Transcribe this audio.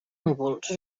núvols